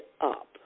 up